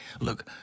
look